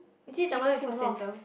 is it the one with a lot of